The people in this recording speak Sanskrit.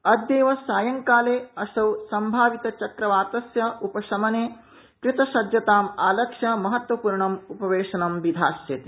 अद्यैव सायंकाले असौ सम्भावितचक्रवातस्य उपशमने कृतसज्जतां आलक्ष्य महत्वपूर्णम् उपवेशन् विधास्यति